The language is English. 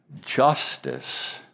Justice